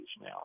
now